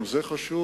גם זה חשוב.